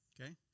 Okay